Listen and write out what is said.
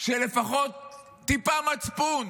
לפחות טיפה מצפון,